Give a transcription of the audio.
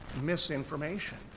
misinformation